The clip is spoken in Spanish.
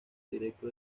directo